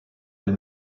elle